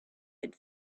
had